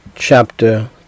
Chapter